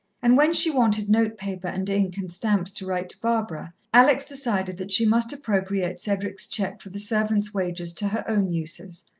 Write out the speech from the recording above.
and when she wanted notepaper and ink and stamps to write to barbara, alex decided that she must appropriate cedric's cheque for the servants' wages to her own uses.